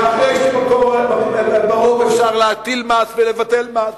ואחרי שברוב אפשר להטיל מס ולבטל מס,